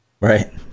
right